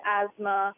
asthma